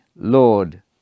Lord